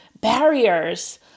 barriers